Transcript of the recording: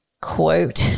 quote